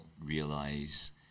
realize